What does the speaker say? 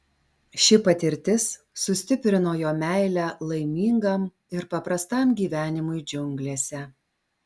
ši patirtis sustiprino jo meilę laimingam ir paprastam gyvenimui džiunglėse